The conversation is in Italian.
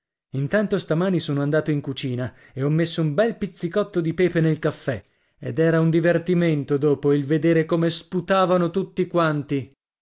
intanto stamani sono andato in cucina e ho messo un bel pizzicotto di pepe nel caffè ed era un divertimento dopo il vedere come sputavano tutti quanti